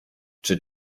czy